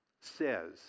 Says